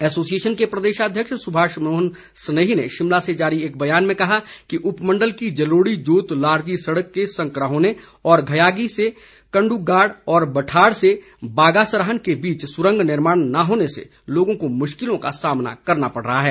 association के प्रदेशाध्यक्ष सुभाष मोहन स्नेही ने शिमला से जारी एक बयान में कहा है कि उपमंडल की जलोड़ी जोत लारजी सड़क के संकरा होने और घयागी से कंड्गाड़ व बठाड़ से बागासराहन के बीच सुरंग निर्माण न होने से लोगों को मुश्किलों का सामना करना पड़ रहा है